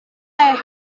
teh